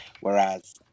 whereas